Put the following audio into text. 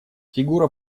фигура